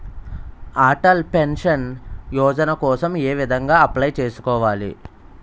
Atal pension Yojana కోసం ఏ విధంగా అప్లయ్ చేసుకోవాలి?